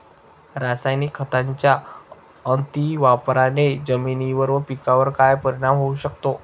रासायनिक खतांच्या अतिवापराने जमिनीवर व पिकावर काय परिणाम होऊ शकतो?